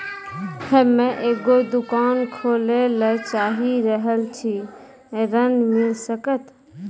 हम्मे एगो दुकान खोले ला चाही रहल छी ऋण मिल सकत?